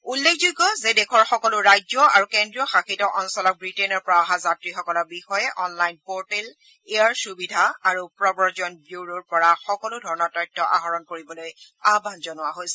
উল্লেখযোগ্য যে দেশৰ সকলো ৰাজ্য আৰু কেন্দ্ৰীয় শাসিত অঞ্চলক ৱিটেইনৰ পৰা অহা যাত্ৰীসকলৰ বিষয়ে অনলাইন পৰ্টেল এয়াৰ সুবিধা আৰু প্ৰৱজন ব্যুৰ'ৰ পৰা সকলো ধৰণৰ তথ্য আহৰণ কৰিবলৈ আহান জনোৱা হৈছে